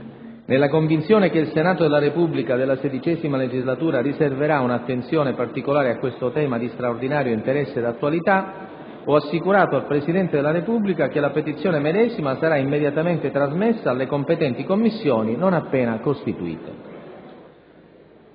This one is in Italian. Nella convinzione che il Senato della Repubblica nella XVI legislatura riserverà un'attenzione particolare a questo tema di straordinario interesse e attualità, ho assicurato al Presidente della Repubblica che la petizione medesima sarà immediatamente trasmessa alle competenti Commissioni, non appena costituite.